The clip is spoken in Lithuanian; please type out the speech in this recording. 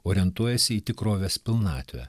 orientuojasi į tikrovės pilnatvę